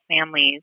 families